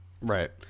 Right